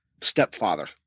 stepfather